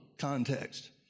Context